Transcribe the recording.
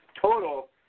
Total